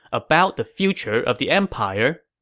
about the future of the empire.